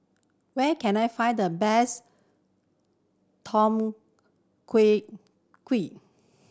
where can I find the best Tom